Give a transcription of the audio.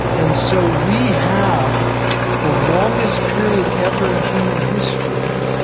and so we have the longest period ever in human history,